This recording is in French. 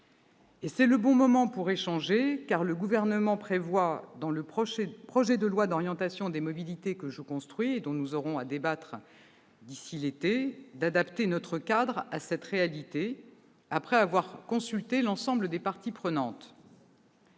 C'est le bon moment pour échanger, car le Gouvernement prévoit d'adapter, au travers du projet de loi d'orientation des mobilités que je construis et dont nous aurons à débattre d'ici à l'été, notre cadre à cette réalité, après avoir consulté l'ensemble des parties prenantes.